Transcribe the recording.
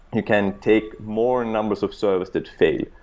you can take more numbers of service that fail.